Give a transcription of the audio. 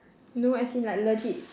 no as in like legit